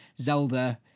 Zelda